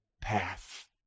path